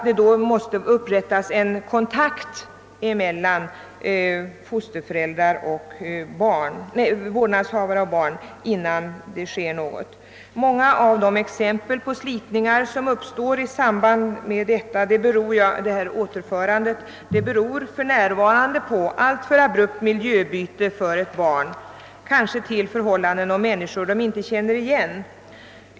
Då bör det upprättas en kontakt mellan vårdnadshavare och barn innan förflyttning sker. Många av de exempel på slitningar som uppstår i samband med återförande av barn beror för närvarande på alltför abrupt miljöbyte för ett barn — kanske till förhållanden och människor det inte känner igen.